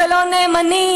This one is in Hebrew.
ו"לא נאמנים",